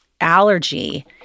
allergy